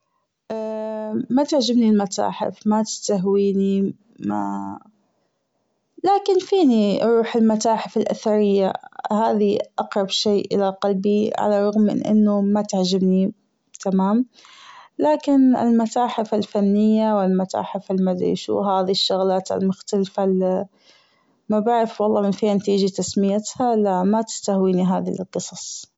ماتعجبني المتاحف ماتستهويني ما لكن فيني روح المتاحف الآثرية هذي أقرب شي إلى قلبي من أنه ما تعجبني تمام لكن المتاحف الفنية والمتاحف المدري شو هذي الشغلات المختلفة اللي ما بعرف من وين تيجى تسميتها لا ما تستهويني هذي القصص.